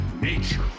nature